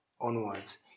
onwards